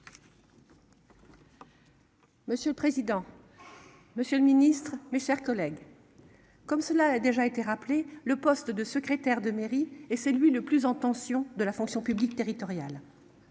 Monsieur le président. Monsieur le Ministre, mes chers collègues. Comme cela a déjà été rappelé le poste de secrétaire de mairie et c'est lui le plus en tension de la fonction publique territoriale.